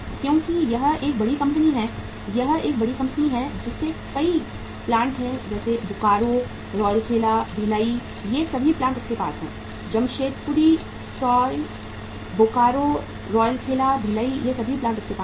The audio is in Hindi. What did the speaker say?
क्योंकि यह एक बड़ी कंपनी है यह एक बड़ी कंपनी है जिसके कई पौधे हैं बोकारो राउरकेला भिलाई ये सभी प्लांट उनके पास हैं जमशेदपुर सॉरी बोकारो राउरकेला भिलाई ये सभी प्लांट उनके पास हैं